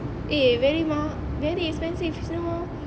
eh very ma~ very expensive [siol]